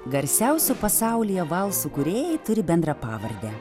garsiausi pasaulyje valsų kūrėjai turi bendrą pavardę